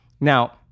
Now